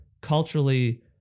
culturally